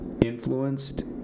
influenced